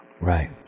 Right